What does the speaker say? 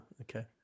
Okay